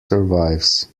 survives